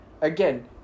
Again